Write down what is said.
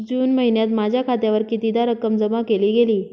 जून महिन्यात माझ्या खात्यावर कितीदा रक्कम जमा केली गेली?